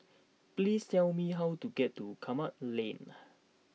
please tell me how to get to Kramat Lane